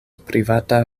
privata